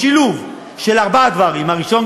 שילוב של ארבעה דברים: הראשון,